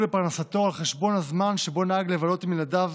לפרנסתו על חשבון הזמן שבו נהג לבלות עם ילדיו